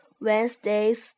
Wednesday's